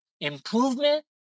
improvement